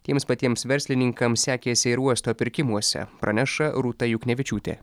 tiems patiems verslininkams sekėsi ir uosto pirkimuose praneša rūta juknevičiūtė